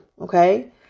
Okay